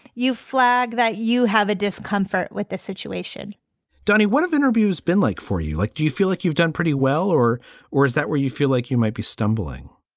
you flag that you have a discomfort with the situation danny, one of the interviews been like for you. like, do you feel like you've done pretty well or or is that where you feel like you might be stumbling?